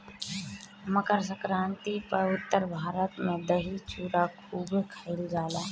मकरसंक्रांति पअ उत्तर भारत में दही चूड़ा खूबे खईल जाला